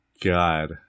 God